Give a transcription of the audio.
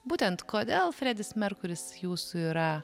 būtent kodėl fredis merkuris jūsų yra